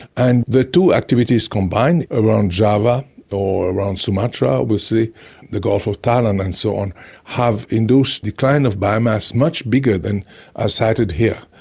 and the two activities combine around java or around sumatra obviously the gulf of thailand and so on have induced decline of biomass much bigger than are sited here.